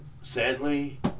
sadly